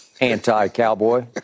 anti-cowboy